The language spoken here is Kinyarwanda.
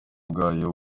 bwayo